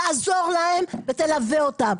תעזור להם ותלווה אותם.